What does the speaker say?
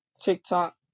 TikTok